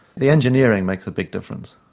the engineering makes a big difference.